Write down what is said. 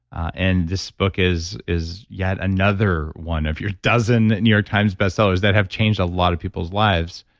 and this book is is yet another one of your dozen new york times bestsellers that have changed a lot of people's lives.